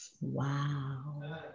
Wow